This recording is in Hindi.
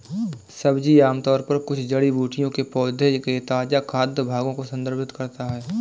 सब्जी आमतौर पर कुछ जड़ी बूटियों के पौधों के ताजा खाद्य भागों को संदर्भित करता है